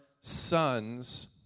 sons